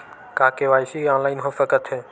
का KYC online हो सकथे?